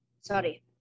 Sorry